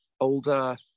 older